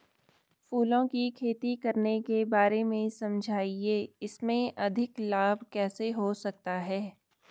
फूलों की खेती करने के बारे में समझाइये इसमें अधिक लाभ कैसे हो सकता है?